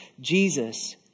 Jesus